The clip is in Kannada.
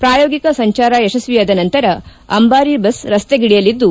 ಪ್ರಾಯೋಗಿಕ ಸಂಚಾರ ಯಶಸ್ತಿಯಾದ ನಂತರ ಅಂಬಾರಿ ಬಸ್ ರಸ್ತೆಗಿಳಿಯಲಿದ್ದು